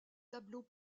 tableaux